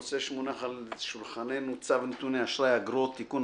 הנושא שמונח על שולחננו הוא צו נתוני אשראי (אגרות) (תיקון),